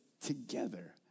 together